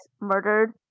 murdered